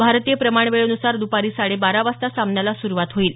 भारतीय प्रमाणवेळेन्सार दुपारी साडे बारा वाजता सामन्याला सुरुवात होईल